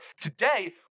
Today